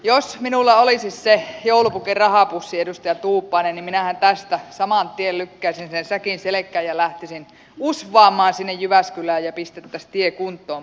jos minulla olisi se joulupukin rahapussi edustaja tuupainen niin minähän tästä saman tien lykkäisin sen säkin selkään ja lähtisin usvaamaan sinne jyväskylään ja pistettäisiin tie kuntoon